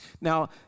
Now